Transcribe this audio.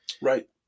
right